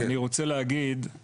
אני רוצה להגיד,